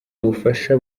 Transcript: ubufasha